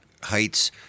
Heights